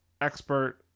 expert